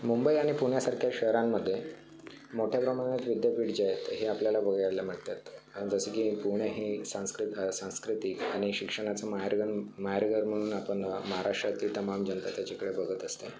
मुंबई आणि पुण्यासारख्या शहरांमध्ये मोठ्या प्रमाणात विद्यापीठ जे आहेत हे आपल्याला बघायला मिळतात आणि जसं की पुणे हे सांस्कृत सांस्कृतिक आणि शिक्षणाचं माहेरघर माहेरघर म्हणून आपण महाराष्ट्रातील तमाम जनता त्याच्याकडं बघत असते